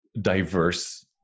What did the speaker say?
diverse